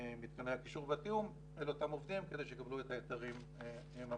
מתקני הקישור והתיאום אל אותם עובדים כדי שיקבלו את ההיתרים ממש.